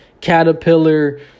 Caterpillar